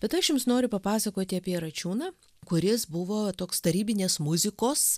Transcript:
bet aš jums noriu papasakoti apie račiūną kuris buvo toks tarybinės muzikos